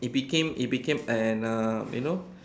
it became it became an uh you know